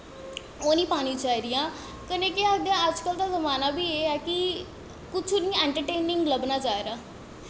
ओह् निं पानी चाहिदियां कन्नै केह् आखदे अजकल्ल दा जमाना बी एह् ऐ कि कुछ इ'यां इंट्रटेनिंग लब्भना चाहिदा